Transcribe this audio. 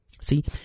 See